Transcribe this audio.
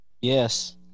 Yes